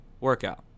workout